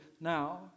now